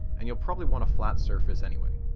and you'll probably want a flat surface anyway.